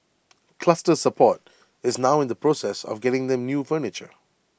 Cluster support is now in the process of getting them new furniture